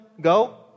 go